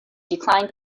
declined